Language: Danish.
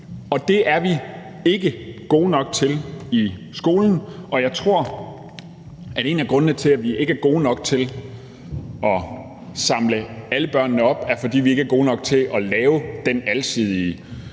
Det er vi ikke gode nok til i skolen, og jeg tror, at en af grundene til, at vi ikke er gode nok til at samle alle børnene op, er, at vi ikke er gode nok til at lave den alsidige skole,